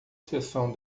seção